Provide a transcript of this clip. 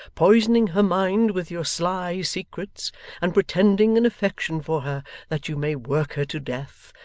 poisoning her mind with your sly secrets and pretending an affection for her that you may work her to death,